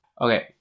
okay